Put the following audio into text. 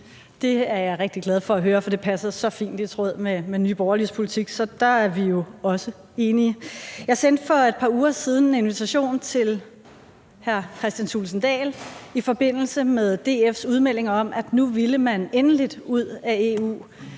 Det er jeg rigtig glad for at høre, for det ligger så fint i tråd med Nye Borgerliges politik. Så der er vi jo også enige. Jeg sendte for et par uger siden en invitation til hr. Kristian Thulesen Dahl i forbindelse med DF's udmelding om, at nu ville man endeligt ud af EU.